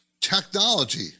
Technology